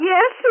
Yes